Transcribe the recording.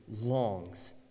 longs